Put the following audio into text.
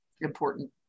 important